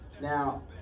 Now